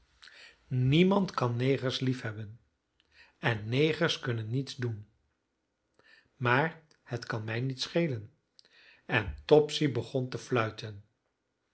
niemand kan negers liefhebben en negers kunnen niets doen maar het kan mij niet schelen en topsy begon te fluiten